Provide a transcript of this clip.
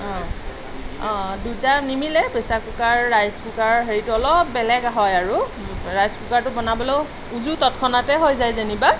অঁ অঁ দুটা নিমিলে প্ৰেচাৰ কুকাৰ ৰাইচ কুকাৰৰ হেৰিটো অলপ বেলেগ হয় আৰু ৰাইচ কুকাৰটো বনাবলৈও উজু তৎক্ষণাতে হৈ যায় যেনিবা